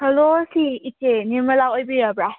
hello ꯁꯤ ꯏꯆꯦ ꯅꯤꯔꯃꯂꯥ ꯑꯣꯏꯕꯤꯔꯕ꯭ꯔꯥ